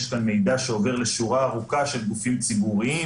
יש כאן מידע שעובר לשורה ארוכה של גופים ציבוריים